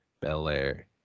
Belair